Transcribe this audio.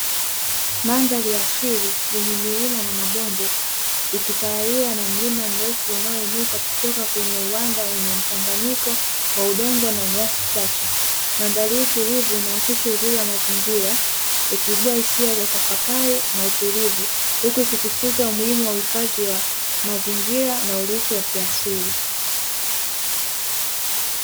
Mandhari ya asili yenye milima na mabonde ikitawaliwa na mlima mrefu unaoinuka kutoka kwenye uwanda wenye mchanganyiko wa udongo na nyasi chache. Mandhari hii tulivu inaakisi uzuri wa mazingira ikibua hisia za tafakari na utulivu huku ikisisitiza umuhimu wa uhifadhi wa mazingira na urithi wa kiasili.